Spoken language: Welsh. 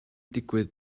digwydd